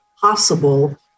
possible